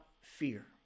fear